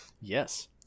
Yes